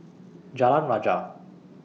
Jalan Rajah